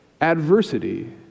Adversity